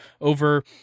over